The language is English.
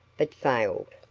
but failed.